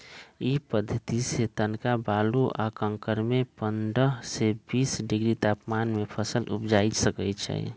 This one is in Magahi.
इ पद्धतिसे तनका बालू आ कंकरमें पंडह से बीस डिग्री तापमान में फसल उपजा सकइछि